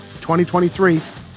2023